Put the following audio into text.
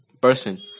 person